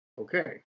Okay